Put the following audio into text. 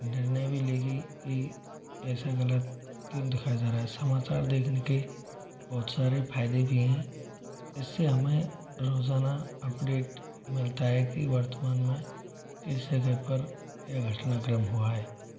निर्णय भी लेगी की ऐसा गलत क्यों दिखाया जा रहा है समाचार देखने के बहुत सारे फायदे भी हैं इससे हमे रोजाना अपडेट मिलता है कि वर्तमान में किस जगह पर क्या घटना क्रम हुआ है